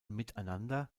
miteinander